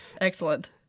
Excellent